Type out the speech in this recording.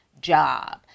job